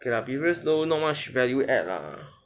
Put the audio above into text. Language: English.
okay lah previous role not much value add lah